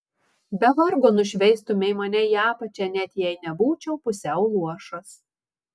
be vargo nušveistumei mane į apačią net jei nebūčiau pusiau luošas